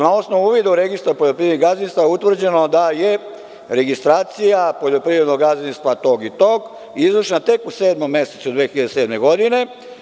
Na osnovu uvida u registar poljoprivrednih gazdinstava, utvrđeno da je registracija poljoprivrednog gazdinstva tog i tog izvršena tek u sedmom mesecu 2007. godine.